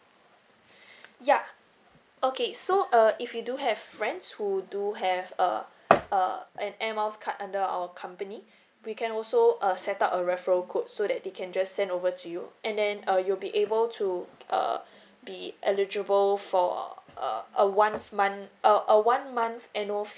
yeah okay so uh if you do have friends who do have uh uh an air miles card under our company we can also uh set up a referral code so that they can just send over to you and then uh you'll be able to uh be eligible for uh a one month uh a one month annual fee